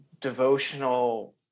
devotional